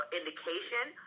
indication